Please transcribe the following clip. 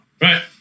Right